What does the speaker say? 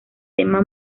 tema